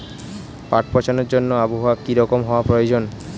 পাট পচানোর জন্য আবহাওয়া কী রকম হওয়ার প্রয়োজন?